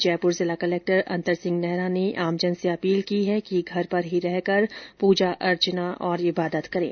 जयपूर जिला कलक्टर अन्तर सिंह नेहरा ने आमजन से अपील की है कि घर पर रहकर ही पूजा अर्चना और इबादत करें